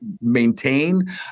maintain